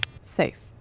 Safe